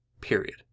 period